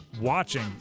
watching